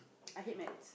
I hate maths